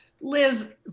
Liz